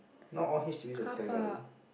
not all H_D_B S have Sky-Garden